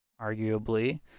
arguably